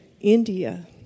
India